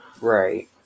Right